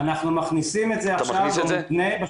אנחנו מכניסים את זה עכשיו במבנה,